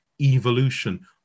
evolution